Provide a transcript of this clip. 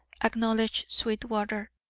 acknowledged sweetwater,